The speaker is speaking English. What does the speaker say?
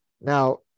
Now